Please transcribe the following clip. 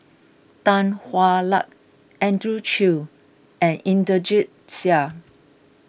Tan Hwa Luck Andrew Chew and Inderjit Singh